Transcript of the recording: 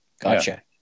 Gotcha